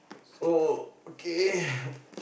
so okay